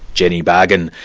jenny bargen,